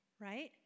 Right